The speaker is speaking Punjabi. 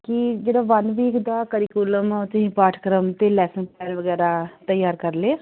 ਕਿ ਜਿਹੜਾ ਵੰਨ ਵੀਕ ਦਾ ਕਰੀਕੁਲਮ ਆ ਉਹ ਤੁਸੀਂ ਪਾਠਕ੍ਰਮ ਅਤੇ ਲੈਸਨ ਪਲੈਨ ਵਗੈਰਾ ਤਿਆਰ ਕਰ ਲਿਆ